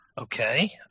Okay